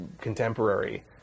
contemporary